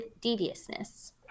deviousness